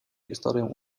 historię